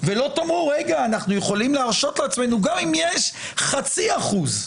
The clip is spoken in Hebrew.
ולא תאמרו רגע אנחנו יכולים להרשות לעצמנו גם אם יש חצי אחוז,